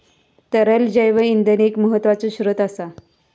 तरल जैव इंधन एक महत्त्वाचो स्त्रोत असा